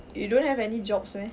you don't have any jobs meh